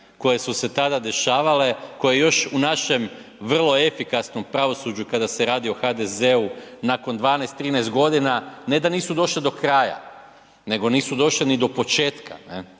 koje su se tada dešavale, koje još u našem vrlo efikasnom pravosuđu kada se radi o HDZ-u nakon 12, 13 godina ne da nisu došle do kraja nego nisu došle ni do početka.